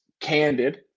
candid